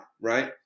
right